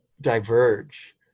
diverge